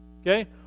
Okay